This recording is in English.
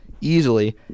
easily